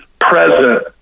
present